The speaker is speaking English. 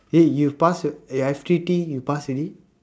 eh you pass your eh F_T_T you pass already